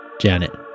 janet